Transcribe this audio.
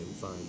fine